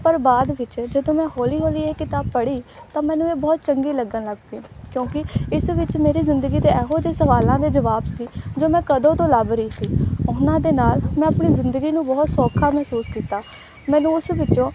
ਪਰ ਬਾਅਦ ਵਿੱਚ ਜਦੋਂ ਮੈਂ ਹੌਲੀ ਹੌਲੀ ਇਹ ਕਿਤਾਬ ਪੜ੍ਹੀ ਤਾਂ ਮੈਨੂੰ ਇਹ ਬਹੁਤ ਚੰਗੀ ਲੱਗਣ ਲੱਗ ਪਈ ਕਿਉਂਕਿ ਇਸ ਵਿੱਚ ਮੇਰੀ ਜ਼ਿੰਦਗੀ ਦੇ ਇਹੋ ਜਿਹੇ ਸਵਾਲਾਂ ਦੇ ਜਵਾਬ ਸੀ ਜੋ ਮੈਂ ਕਦੋਂ ਤੋਂ ਲੱਭ ਰਹੀ ਸੀ ਉਹਨਾਂ ਦੇ ਨਾਲ ਮੈਂ ਆਪਣੀ ਜ਼ਿੰਦਗੀ ਨੂੰ ਬਹੁਤ ਸੌਖਾ ਮਹਿਸੂਸ ਕੀਤਾ ਮੈਨੂੰ ਉਸ ਵਿੱਚੋਂ